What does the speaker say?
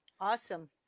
Awesome